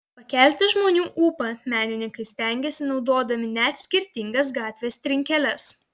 pakelti žmonių ūpą menininkai stengiasi naudodami net skirtingas gatvės trinkeles